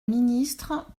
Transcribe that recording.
ministre